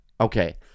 Okay